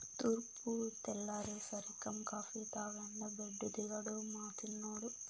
తూర్పు తెల్లారేసరికం కాఫీ తాగందే బెడ్డు దిగడు మా సిన్నోడు